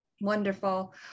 Wonderful